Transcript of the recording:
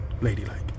ladylike